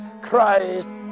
Christ